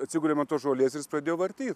atsigulėm ant tos žolės ir jis pradėjo varty